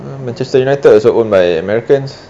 err manchester united also owned by americans